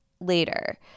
later